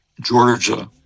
Georgia